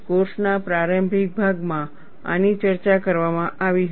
કોર્સના પ્રારંભિક ભાગમાં આની ચર્ચા કરવામાં આવી હતી